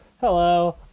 Hello